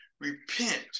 Repent